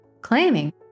claiming